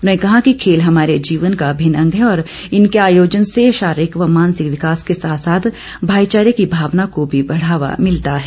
उन्होंने कहा कि खेल हमारे जीवन का अभिन्न अंग है और इनके आयोजन से शारीरिक व मानसिक विकास के साथ साथ भाईचारे की भावना को भी बढ़ावा मिलता है